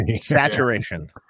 saturation